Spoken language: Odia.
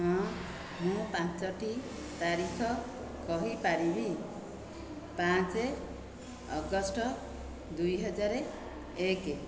ହଁ ମୁଁ ପାଞ୍ଚୋଟି ତାରିଖ କହିପାରିବି ପାଞ୍ଚ ଅଗଷ୍ଟ ଦୁଇ ହଜାର ଏକ